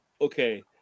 okay